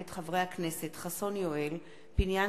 מאת חברי הכנסת יואל חסון,